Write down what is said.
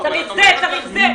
צריך זה וצריך זה.